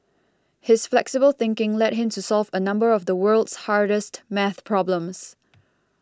his flexible thinking led him to solve a number of the world's hardest math problems